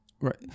right